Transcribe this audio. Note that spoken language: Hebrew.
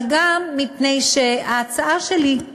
אבל גם מפני שההצעה שלי,